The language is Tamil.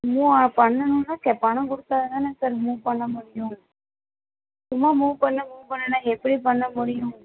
மூவ் ஆ பண்ணணுன்னால் பணம் கொடுத்தா தான் சார் மூவ் பண்ண முடியும் சும்மா மூவ் பண்ணு மூவ் பண்ணுன்னால் எப்படி பண்ண முடியும்